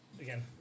again